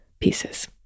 pieces